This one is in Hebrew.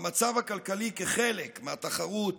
במצב הכלכלי כחלק מהתחרות